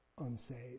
unsaved